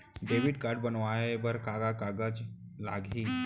Debit card बनवाये बर का का कागज लागही?